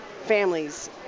families